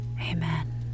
Amen